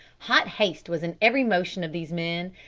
hot haste was in every motion of these men.